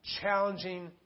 challenging